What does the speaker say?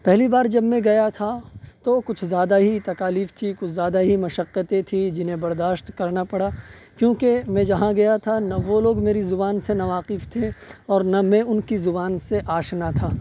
پہلی بار جب میں گیا تھا تو کچھ زیادہ ہی تکالیف تھی کچھ زیادہ ہی مشقتیں تھی جنہیں برداشت کرنا پڑا کیوں کہ میں جہاں گیا تھا نہ وہ لوگ میری زبان سے ناواقف تھے اور نہ میں ان کی زبان سے آشنا تھا